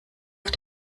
auf